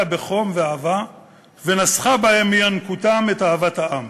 בחום ואהבה ונסכה בהם מינקותם את אהבת העם